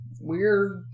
weird